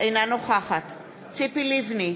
אינה נוכחת ציפי לבני,